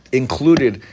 included